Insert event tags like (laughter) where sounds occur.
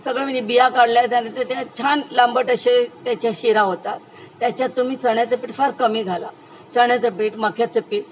सगळं मी बिया काढल्या (unintelligible) छान लांबट असे त्याच्या शिरा होतात त्याच्यात तुम्ही चण्याचं पीठ फार कमी घाला चण्याचं पीठ मक्याचं पीठ